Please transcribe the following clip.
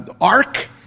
ark